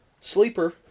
sleeper